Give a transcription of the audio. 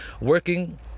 working